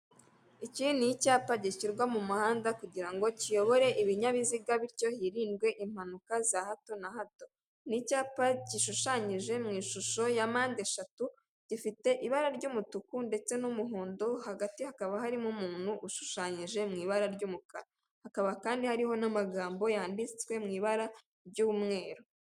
Iki ni icyapa gishyirwa mu muhanda kugirango kiyobore ibinyabiziga bityo hirindwe impanuka za hato na hato. Ni icyapa gishushanyije mu ishusho ya mpandeshatu gifite ibara ry'umutuku ndetse n'umuhondo, hagati hakaba harimo umuntu ushushanyije mu ibara ry'umukara, hakaba kandi hariho n'amagambo yanditswe mu ibara ry'umweru.